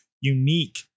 unique